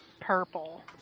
Purple